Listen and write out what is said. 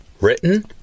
Written